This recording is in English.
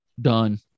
Done